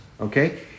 Okay